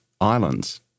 islands